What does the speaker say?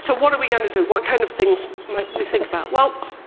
so what are we going to do? what kinds of things might we think about? well,